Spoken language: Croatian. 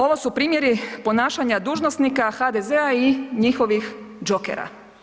Ovo su primjeri ponašanja dužnosnika HDZ-a i njihovih jokera.